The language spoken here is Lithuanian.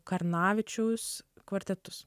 karnavičiaus kvartetus